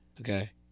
okay